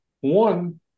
One